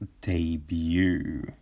debut